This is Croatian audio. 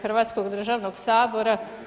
hrvatskog državnog sabora.